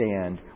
stand